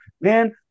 man